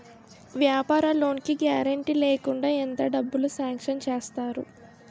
వ్యాపార లోన్ కి గారంటే లేకుండా ఎంత డబ్బులు సాంక్షన్ చేస్తారు?